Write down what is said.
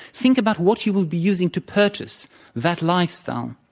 think about what you will be using to purchase that lifestyle.